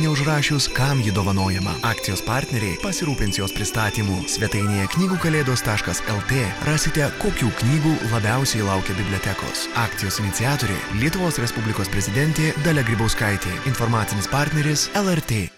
neužrašius kam ji dovanojama akcijos partneriai pasirūpins jos pristatymu svetainėje knygų kalėdos taškas lt rasite kokių knygų labiausiai laukia bibliatekos akcijos iniciatorė lietuvos respublikos prezidentė dalia grybauskaitė informacinis partneris lrt